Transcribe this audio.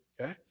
Okay